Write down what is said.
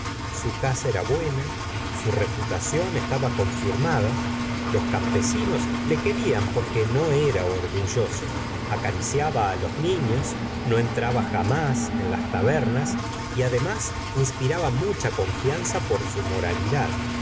su cara era buena su reputación estaba confirmada los campesinos le querían porque no era orgulloso acariciaba á los niños no entrab a jamás en las tabernas y además inspiraba mucha confianza por su moralidad